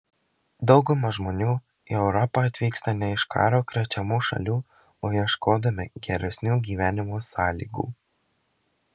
dauguma žmonių į europą atvyksta ne iš karo krečiamų šalių o ieškodami geresnių gyvenimo sąlygų